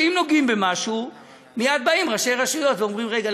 כי אם נוגעים במשהו מייד באים ראשי רשויות ואומרים: רגע,